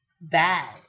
bad